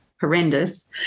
horrendous